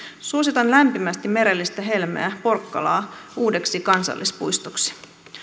suositan lämpimästi merellistä helmeä porkkalaa uudeksi kansallispuistoksi